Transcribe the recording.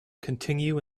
continue